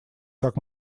как